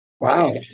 Wow